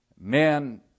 men